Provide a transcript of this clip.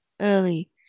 early